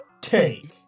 take